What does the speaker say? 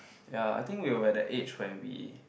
ya I think we will at the age where we